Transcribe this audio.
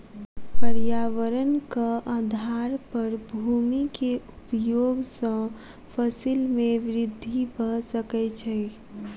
पर्यावरणक आधार पर भूमि के उपयोग सॅ फसिल में वृद्धि भ सकै छै